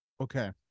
Okay